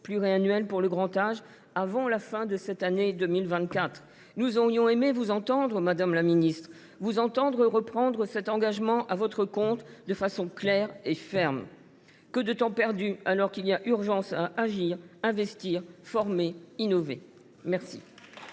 pluriannuelle pour le grand âge avant la fin de l’année 2024. Nous aurions aimé vous entendre, madame la ministre, reprendre cet engagement à votre compte de façon claire et ferme. Que de temps perdu, alors qu’il y a urgence à agir, investir, former, innover !